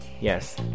Yes